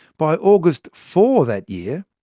by august four that year,